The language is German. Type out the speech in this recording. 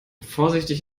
vorsichtig